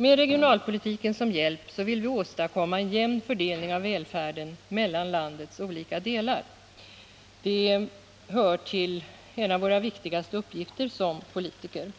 Med regionalpolitiken som hjälp vill vi åstadkomma en jämn fördelning av välfärden mellan landets olika delar. Det hör till en av våra viktigaste uppgifter som politiker.